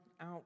out